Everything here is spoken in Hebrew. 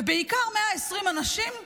ובעיקר, 120 אנשים אמיצים.